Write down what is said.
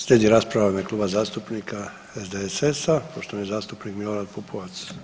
Slijedi rasprava u ime Kluba zastupnika SDSS-a, poštovani zastupnik Milorad Pupovac.